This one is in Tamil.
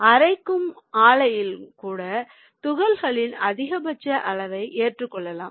அரைக்கும் ஆலைகளும் கூட துகள்களின் அதிகபட்ச அளவை ஏற்றுக்கொள்ளலாம்